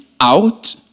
out